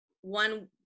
one